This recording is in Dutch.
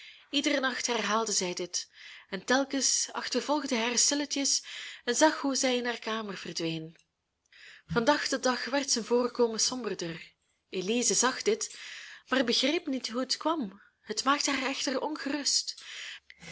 iederen nacht herhaalde zij dit en telkens achtervolgde hij haar stilletjes en zag hoe zij in haar kamer verdween van dag tot dag werd zijn voorkomen somberder elize zag dit maar begreep niet hoe het kwam het maakte haar echter ongerust